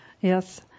Yes